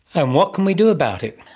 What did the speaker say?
and what can we do about it?